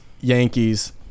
Yankees